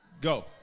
Go